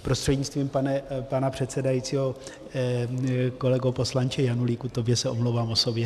Prostřednictvím pana předsedajícího kolego poslanče Janulíku, tobě se omlouvám osobně.